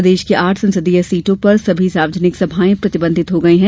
प्रदेश की आठ संसदीय सीटों पर सभी सार्वजनिक सभायें प्रतिबंधित हो गई हैं